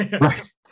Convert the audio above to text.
Right